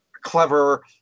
clever